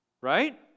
right